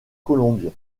colombier